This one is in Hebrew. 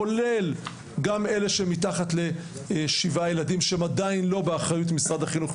כולל גם אלה שמתחת לשבעה ילדים שהם עדיין לא באחיות משרד החינוך,